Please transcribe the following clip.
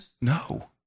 No